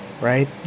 right